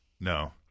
No